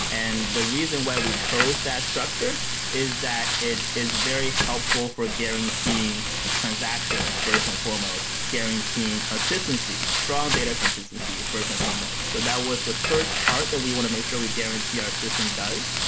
and the reason why we chose that structure is that it is very helpful for guaranteeing transactions first and foremost, guaranteeing consistency, strong data consistency first and foremost. so that was the first part that we want to make sure we guarantee our system does,